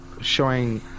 showing